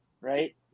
Right